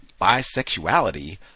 bisexuality